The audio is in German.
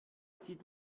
sieht